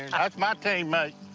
and that's my teammate.